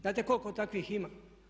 Znate koliko takvih ima.